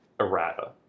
errata